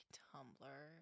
tumblr